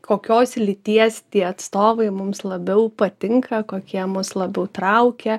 kokios lyties tie atstovai mums labiau patinka kokie mus labiau traukia